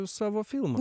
savo filmą